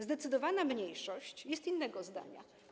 Zdecydowana mniejszość jest innego zdania.